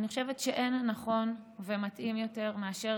אני חושבת שאין נכון ומתאים יותר מאשר